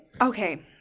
Okay